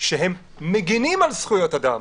שהם מגנים על זכויות אדם,